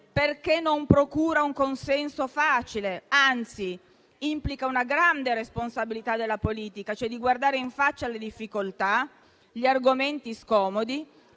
perché non procura un consenso facile, anzi, implica la grande responsabilità per la politica di guardare in faccia le difficoltà e gli argomenti scomodi,